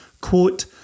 Quote